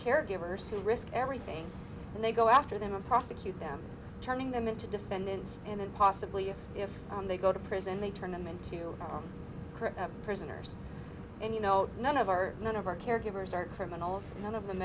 caregivers who risk everything and they go after them and prosecute them turning them into defendants and then possibly if they go to prison they turn them into prisoners and you know none of our none of our caregivers are criminals none of them